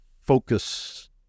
focus